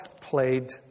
played